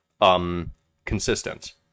consistent